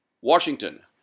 Washington